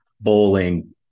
bowling